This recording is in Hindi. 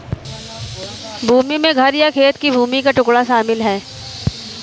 बंधक में घर या खेत की भूमि का टुकड़ा शामिल है